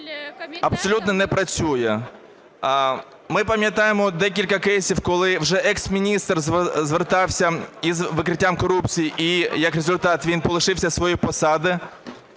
абсолютно не працює. Ми пам'ятаємо декілька кейсів, коли вже екс-міністр звертався із викриттям корупції, і як результат він полишився своєї посади.